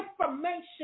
information